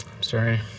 sorry